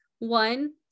One